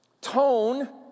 tone